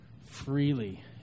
freely